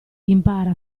impara